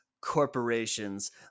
Corporations